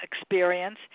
experience